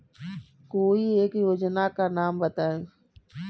कोई एक योजना का नाम बताएँ?